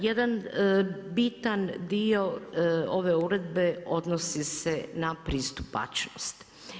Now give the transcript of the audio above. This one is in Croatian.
Jedan bitan dio ove uredbe odnosi se na pristupačnost.